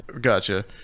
Gotcha